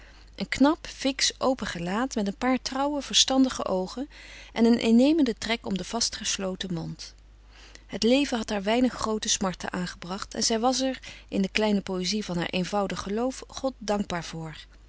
een knap fiksch open gelaat met een paar trouwe verstandige oogen en een innemenden trek om den vastgesloten mond het leven had haar weinig groote smarten aangebracht en zij was er in de kleine poëzie van haar eenvoudig geloof god dankbaar voor